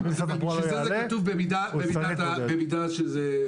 אם נציגי משרד התחבורה לא יעלו בזום --- כתוב: במידה וזה אפשרי.